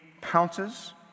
pounces